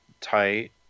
tight